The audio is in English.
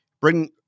Bring